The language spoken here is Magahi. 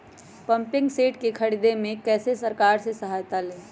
पम्पिंग सेट के ख़रीदे मे कैसे सरकार से सहायता ले?